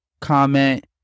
comment